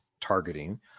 targeting